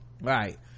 Right